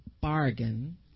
bargain